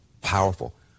powerful